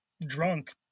drunk